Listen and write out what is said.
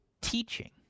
teaching